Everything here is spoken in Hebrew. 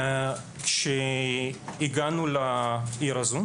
כשהגענו לעיר הזו,